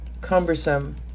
cumbersome